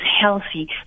healthy